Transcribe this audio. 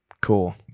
Cool